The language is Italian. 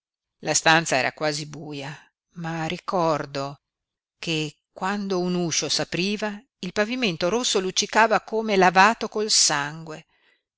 la stanza era quasi buia ma ricordo che quando un uscio s'apriva il pavimento rosso luccicava come lavato col sangue